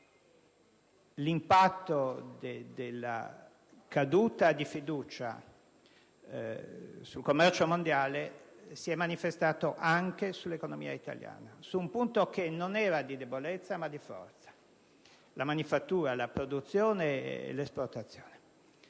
L'impatto della caduta di fiducia sul commercio mondiale si è manifestato anche sull'economia italiana, su un punto che non era di debolezza, ma di forza: la manifattura, la produzione e l'esportazione.